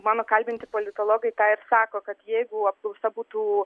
mano kalbinti politologai tą ir sako kad jeigu apklausa būtų